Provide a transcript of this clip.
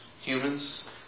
humans